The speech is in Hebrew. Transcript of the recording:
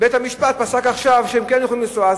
בית-משפט פסק עכשיו שהם כן יכולים לנסוע.